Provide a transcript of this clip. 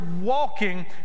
walking